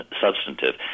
substantive